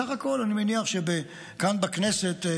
בסך הכול אני מניח שכאן בכנסת,